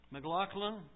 McLaughlin